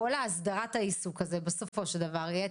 כל הסדרת העיסוק הזה בסופו של דבר יהיה